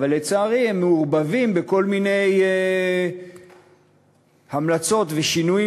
אבל לצערי הם מעורבבים בכל מיני המלצות ושינויים